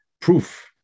proof